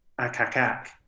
Akakak